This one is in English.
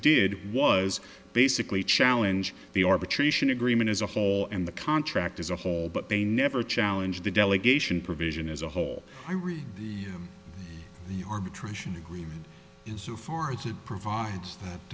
did was basically challenge the arbitration agreement as a whole and the contract as a whole but they never challenge the delegation provision as a whole i read the arbitration agreement insofar as it provides